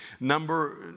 Number